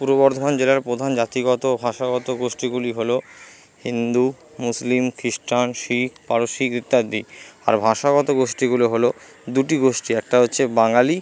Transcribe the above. পূর্ব বর্ধমান জেলার প্রধান জাতিগত ভাষাগত গোষ্ঠীগুলি হল হিন্দু মুসলিম খ্রিস্টান শিখ পারসিক ইত্যাদি আর ভাষাগত গোষ্ঠীগুলো হল দুটি গোষ্ঠী একটা হচ্ছে বাঙালি